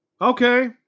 Okay